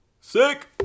sick